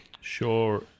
Sure